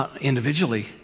individually